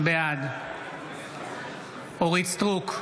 בעד אורית מלכה סטרוק,